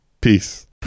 Peace